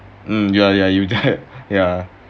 ya ya ya ya